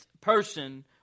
person